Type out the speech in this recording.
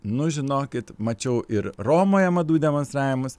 nu žinokit mačiau ir romoje madų demonstravimus